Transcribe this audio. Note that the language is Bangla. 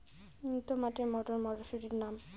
উন্নত মানের মটর মটরশুটির নাম?